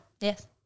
Yes